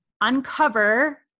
uncover